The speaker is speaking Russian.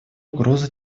угроза